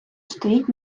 стоїть